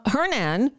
Hernan